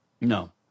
No